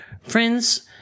friends